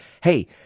hey